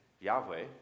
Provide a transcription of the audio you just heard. Yahweh